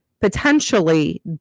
potentially